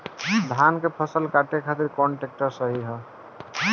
धान के फसल काटे खातिर कौन ट्रैक्टर सही ह?